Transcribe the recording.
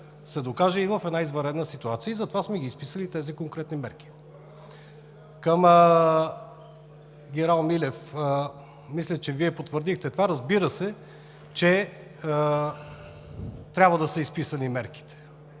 се докаже и в една извънредна ситуация. Затова сме ги изписали тези конкретни мерки. Към генерал Милев. Мисля, че Вие потвърдихте това. Разбира се, че трябва да са изписани мерките,